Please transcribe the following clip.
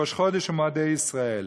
וראש חודש ומועדי ישראל.